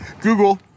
Google